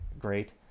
great